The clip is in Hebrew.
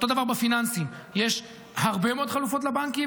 אותו הדבר בפיננסים: יש הרבה מאוד חלופות לבנקים,